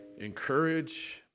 encourage